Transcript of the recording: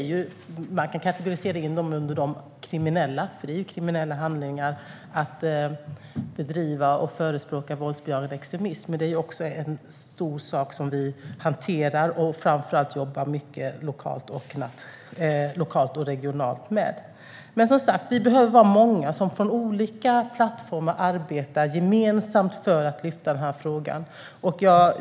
Man kan kategorisera in dem under de kriminella, för det är ju kriminella handlingar att bedriva och förespråka våldsbejakande extremism, men det är också en stor sak som vi hanterar och framför allt jobbar mycket med lokalt och regionalt. Vi behöver som sagt vara många som från olika plattformar arbetar gemensamt för att lyfta upp den här frågan.